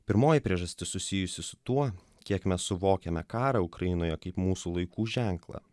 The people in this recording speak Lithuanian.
pirmoji priežastis susijusi su tuo kiek mes suvokiame karą ukrainoje kaip mūsų laikų ženklą